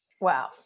Wow